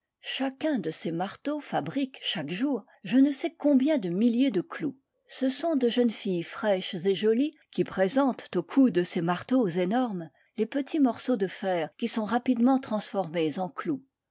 chacun de ces marteaux fabrique chaque jour je ne sais combien de milliers de clous ce sont de jeunes filles fraîches et jolies qui présentent aux coups de ces marteaux énormes les petits morceaux de fer qui sont rapidement transformés en clous